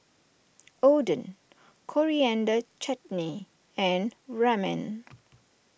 Oden Coriander Chutney and Ramen